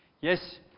Yes